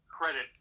credit